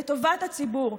לטובת הציבור.